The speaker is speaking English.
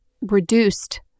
reduced